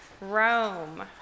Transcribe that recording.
Rome